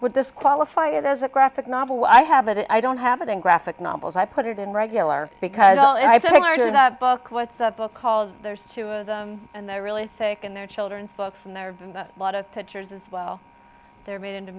would disqualify it as a graphic novel i have it i don't have it in graphic novels i put it in regular because all i think are the book what's the book called there's two of them and they're really sick and their children's books and there are a lot of pictures as well they're made into